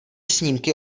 snímky